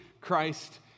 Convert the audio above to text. Christ